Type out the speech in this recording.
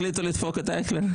החליטו לדפוק את אייכלר?